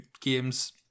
games